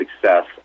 success